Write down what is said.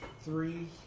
three